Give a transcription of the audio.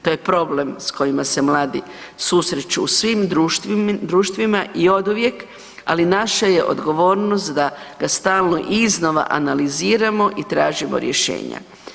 To je problem s kojima se mladi susreću u svim društvima i oduvijek, ali naša j e odgovornost da ga stalno iznova analiziramo i tražimo rješenja.